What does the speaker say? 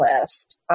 list